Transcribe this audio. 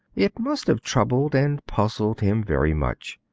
it must have troubled and puzzled him very much.